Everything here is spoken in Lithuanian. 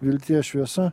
vilties šviesa